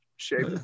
Shape